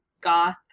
goth